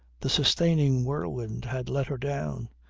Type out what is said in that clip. the sustaining whirlwind had let her down,